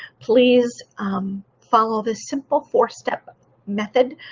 please follow the simple four step method.